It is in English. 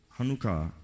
Hanukkah